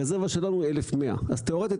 הרזרבה שלנו היא 1100; אז תאורטית,